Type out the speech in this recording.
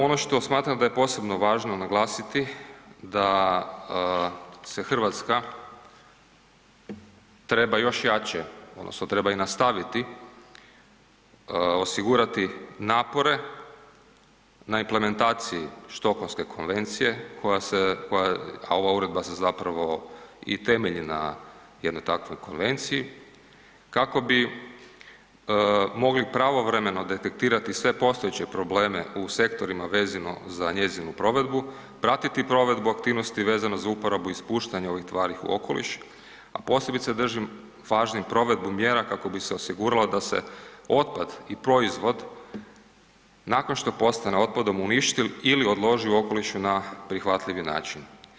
Ono što smatram da je posebno važno naglasiti da se Hrvatska treba još jače odnosno treba nastaviti osigurati napore na implementaciji štokholmske konvencija, a ova uredba se zapravo i temelji na jednoj takvoj konvenciji kako bi mogli pravovremeno detektirati sve postojeće probleme u sektorima vezano za njezinu provedbu, pratiti provedbu aktivnosti vezano za uporabu i ispuštanje ovih tvari u okoliš, a posebice držim važnim provedbu mjera kako bi se osiguralo da otpad i proizvod nakon što postane otpadom uništi ili odloži u okolišu na prihvatljivi način.